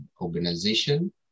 organization